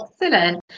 Excellent